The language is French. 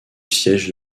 siège